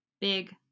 Big